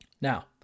now